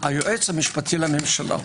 היועץ המשפטי לממשלה.